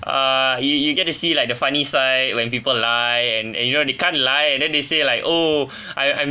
uh you you get to see like the funny side when people lie and and you know they can't lie and then they say like oh I I'm